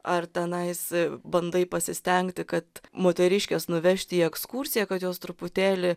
ar tenais bandai pasistengti kad moteriškes nuvežti į ekskursiją kad jos truputėlį